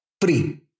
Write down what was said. free